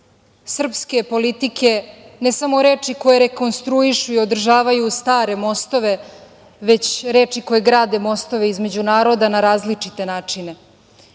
srpske politike ne samo reči koje rekonstruišu i održavaju stare mostove, već reči koje grade mostove između naroda na različite načine